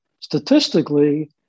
statistically